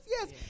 yes